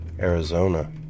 Arizona